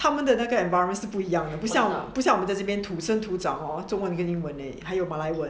他们的那个 environment 是不一样的不像我们在这边土生土长 hor 用英文而已还有马来文